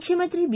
ಮುಖ್ಡಮಂತ್ರಿ ಬಿ